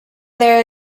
there